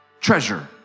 treasure